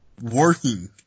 working